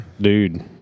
dude